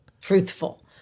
truthful